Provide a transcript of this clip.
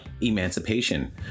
Emancipation